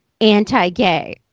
anti-gay